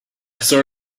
saw